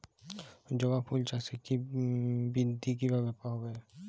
জবা ফুল চাষে বৃদ্ধি কিভাবে হবে?